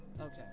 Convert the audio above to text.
Okay